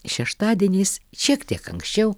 šeštadieniais šiek tiek anksčiau